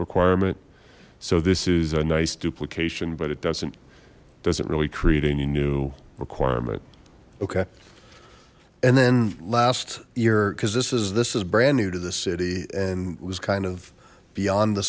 requirement so this is a nice duplication but it doesn't doesn't really create any new requirement okay and then last year because this is this is brand new to the city and was kind of beyond the